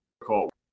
difficult